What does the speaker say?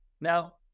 Now